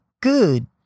good